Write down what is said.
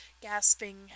gasping